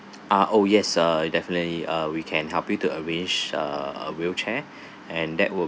ah oh yes uh it definitely uh we can help you to arrange a a wheelchair and that will